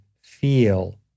feel